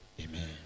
Amen